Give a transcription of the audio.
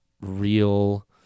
real